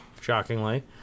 Shockingly